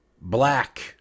Black